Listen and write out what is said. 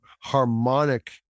harmonic